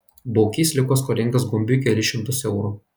baukys liko skolingas gumbiui kelis šimtus eurų